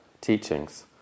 teachings